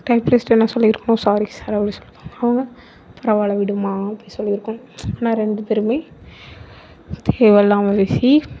typist என்ன சொல்லியிருக்கணும் sorry sir அப்படி அவங்க பரவாயில்ல விடுமா அப்படி சொல்லியிருக்கணும் ஆனால் ரெண்டு பேருமே தேவை இல்லாமல் பேசி